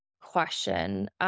question